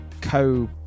co